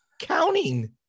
counting